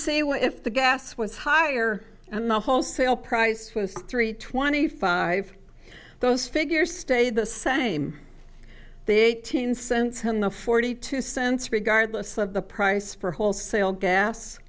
see where if the gas was higher and the wholesale price was three twenty five those figures stayed the same the eighteen cents on the forty two cents regardless of the price for wholesale gas